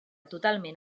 totalment